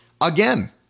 again